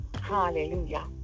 hallelujah